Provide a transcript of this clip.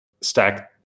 stack